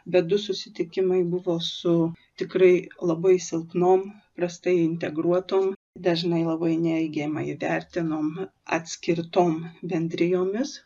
bet du susitikimai buvo su tikrai labai silpnom prastai integruotom dažnai labai neigiamai įvertinamom atskirtom bendrijomis